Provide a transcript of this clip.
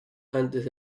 antes